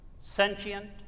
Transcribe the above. Sentient